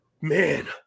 man